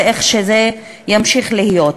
ואיך שזה ימשיך להיות.